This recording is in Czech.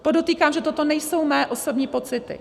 Podotýkám, že toto nejsou mé osobní pocity.